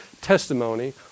testimony